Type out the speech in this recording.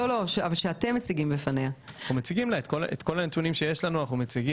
אנחנו מציגים את כל הנתונים שיש לנו.